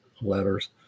letters